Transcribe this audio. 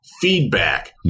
Feedback